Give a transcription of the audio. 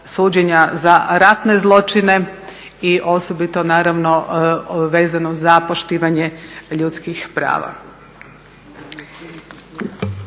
suđenja za ratne zločine i osobito vezano za poštivanje ljudskih prava.